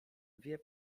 wie